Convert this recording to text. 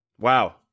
Wow